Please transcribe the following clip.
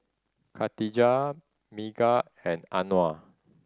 Katijah Megat and Anuar